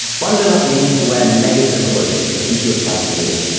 bundle up means to wear layers of clothes to keep yourself warm.